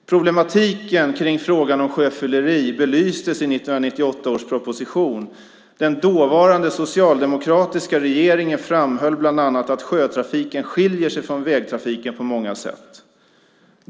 Problematiken när det gäller frågan om sjöfylleri belystes i 1998 års proposition. Den dåvarande socialdemokratiska regeringen framhöll bland annat att sjötrafiken skiljer sig från vägtrafiken på många sätt.